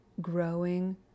growing